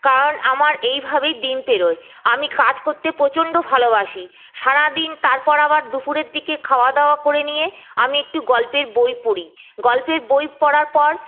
কারণ আমার এইভাবেই দিন পেরোয় আমি কাজ করতে প্রচণ্ড ভালোবাসি সারাদিন তারপর আবার দুপুরের দিকে খাওয়া দাওয়া করে নিয়ে আমি একটু গল্পের বই পড়ি গল্পের বই পড়ার পর